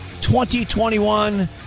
2021